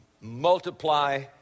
multiply